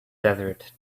desert